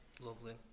lovely